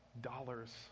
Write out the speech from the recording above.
dollars